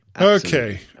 okay